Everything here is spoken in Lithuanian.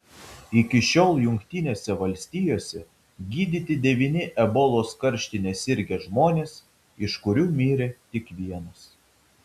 iki šiol jungtinėse valstijose gydyti devyni ebolos karštine sirgę žmonės iš kurių mirė tik vienas